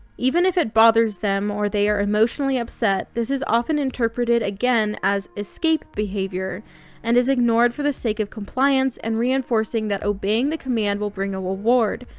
even if it bothers them or they are emotionally upset. this is often interpreted, again, as escape behavior and is ignored for the sake of compliance and reinforcing that obeying the command will bring a reward,